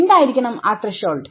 എന്തായിരിക്കണം ആ ത്രെഷോൾഡ്